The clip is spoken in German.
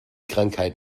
krankheit